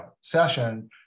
session